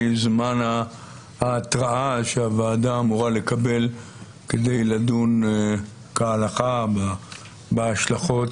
זמן ההתראה שהוועדה אמורה לקבל כדי לדון כהלכה בהשלכות